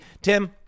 Tim